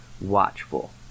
watchful